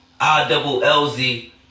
I-double-L-Z